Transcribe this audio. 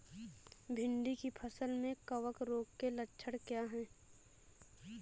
भिंडी की फसल में कवक रोग के लक्षण क्या है?